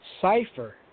cipher